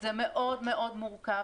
זה מאוד מאוד מורכב,